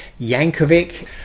Yankovic